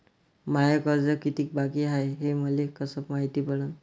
माय कर्ज कितीक बाकी हाय, हे मले कस मायती पडन?